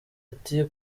ati